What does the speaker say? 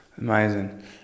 Amazing